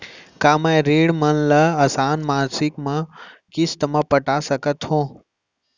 का मैं ऋण मन ल आसान मासिक किस्ती म पटा सकत हो?